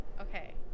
okay